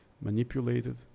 manipulated